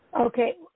Okay